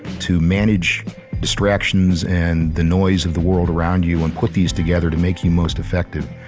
to manage distractions, and the noise of the world around you, and put these together, to make you most effective,